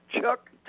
Chuck